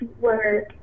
work